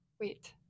wait